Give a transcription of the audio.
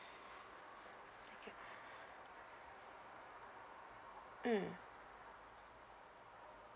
mm